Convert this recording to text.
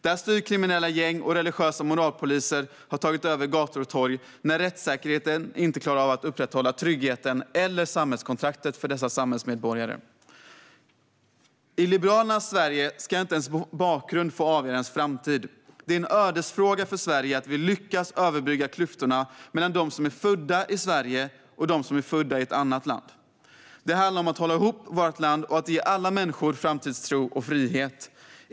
Där styr kriminella gäng, och religiösa moralpoliser har tagit över gator och torg när rättsstaten inte klarar av att upprätthålla tryggheten eller samhällskontraktet för dessa samhällsmedborgare. I Liberalernas Sveriges ska inte ens bakgrund få avgöra ens framtid. Det är en ödesfråga för Sverige att vi lyckas överbrygga klyftorna mellan dem som är födda i Sverige och dem som är födda i ett annat land. Det handlar om att hålla ihop vårt land och att ge alla människor framtidstro och frihet.